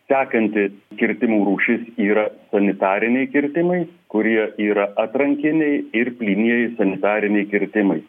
sekanti kirdimų rūšis yra sanitariniai kirtimai kurie yra atrankiniai ir plynieji sanitariniai kirtimai